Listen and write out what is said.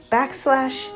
backslash